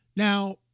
Now